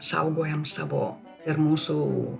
saugojame savo ir mūsų